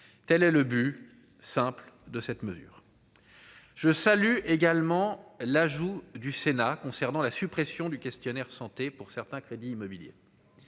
telle est le but de cette mesure. Je salue également l'ajout du Sénat concernant la suppression du questionnaire santé pour certains crédits immobiliers.